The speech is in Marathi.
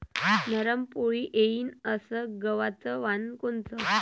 नरम पोळी येईन अस गवाचं वान कोनचं?